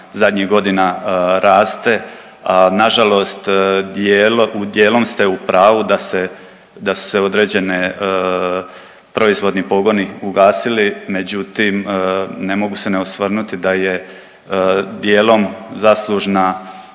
zadnjih godina raste. Nažalost, dijelom, dijelom ste u pravu da se, da su se određene proizvodni pogoni ugasili, međutim ne mogu se ne osvrnuti da je dijelom zaslužna